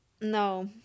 No